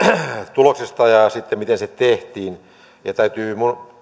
tuloksesta ja sitten siitä miten se tehtiin täytyy